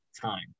time